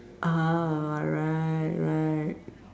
ah right right